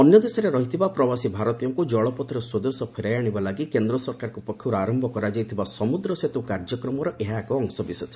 ଅନ୍ୟ ଦେଶରେ ରହିଥିବା ପ୍ରବାସୀ ଭାରତୀୟଙ୍କୁ ଜଳପଥରେ ସ୍ୱଦେଶ ଫେରାଇ ଆଶିବା ଲାଗି କେନ୍ଦ୍ର ସରକାରଙ୍କ ପକ୍ଷରୁ ଆରମ୍ଭ କରାଯାଇଥିବା 'ସମ୍ବଦ୍ର ସେତ୍ର' କାର୍ଯ୍ୟକ୍ରମର ଏହା ଏକ ଅଂଶବିଶେଷ